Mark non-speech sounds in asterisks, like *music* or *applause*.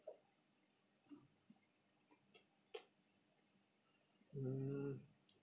*noise* mm